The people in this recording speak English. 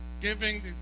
giving